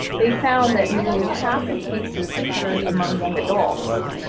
they found that nearly half the cases occurred among young adults,